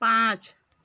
पाँच